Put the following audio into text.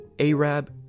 Arab